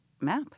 Map